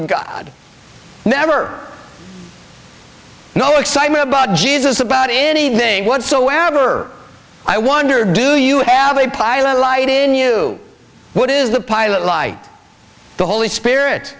of god never no excitement about jesus about any thing whatsoever i wonder do you have a pilot light in you what is the pilot light the holy spirit